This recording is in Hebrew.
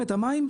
אחת.